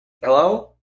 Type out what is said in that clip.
Hello